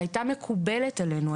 שהייתה מקובלת עלינו,